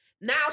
now